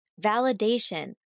validation